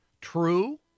True